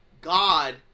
God